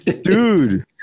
dude